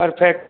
perfect